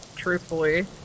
Truthfully